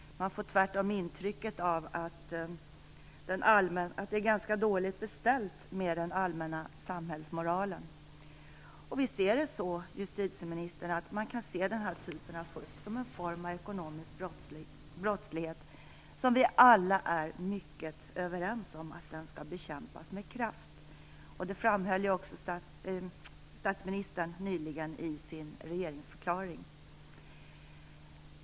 Man får tvärtom intrycket av att det är ganska dåligt beställt med den allmänna samhällsmoralen. Visst är det så, justitieministern, att man kan se den här typen av fusk som en form av ekonomisk brottslighet. Vi är alla överens om att den skall bekämpas med kraft. Det framhöll ju också statsministern nyligen i sin regeringsförklaring.